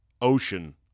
ocean